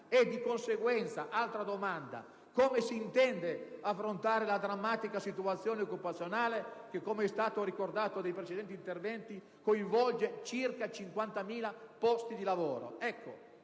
Di conseguenza, come si intende affrontare la drammatica situazione occupazionale che, come ricordato dai precedenti interventi, coinvolge circa 50.000 posti di lavoro?